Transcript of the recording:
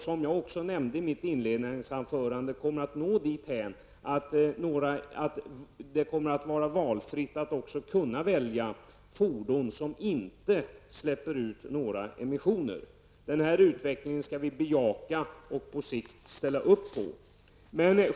Som jag också nämnde i mitt inledningsanförande kommer vi att nå dithän att det också kommer att vara möjligt att välja fordon som inte släpper ut några emissioner. Den här utvecklingen skall vi bejaka och på sikt ställa upp på.